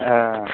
ए